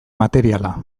materiala